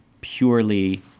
Purely